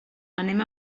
anem